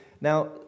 Now